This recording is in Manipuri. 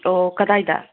ꯑꯣ ꯀꯗꯥꯏꯗ